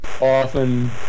often